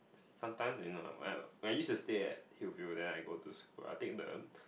sometimes you know I'm when I used to stay at Hillview then I go to school I'll take the